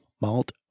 malt